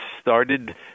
started